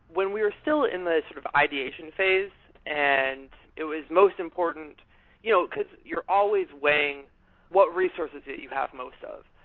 when we were still in the sort of ideation phase and it most important you know because you're always weighing what resources that you have most of.